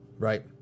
Right